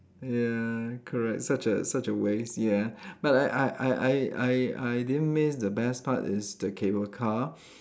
ya correct such a such a waste ya but I I I I I I didn't miss the best part is the cable car